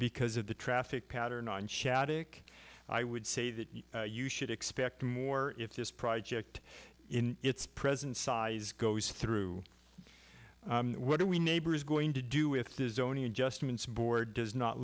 because of the traffic pattern on shattuck i would say that you should expect more if this project in its present size goes through what are we neighbors going to do with justin's board does not